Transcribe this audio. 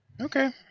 Okay